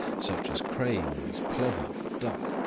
such as cranes, plover, duck,